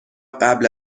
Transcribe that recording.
قبل